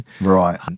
right